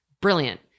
brilliant